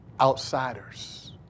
outsiders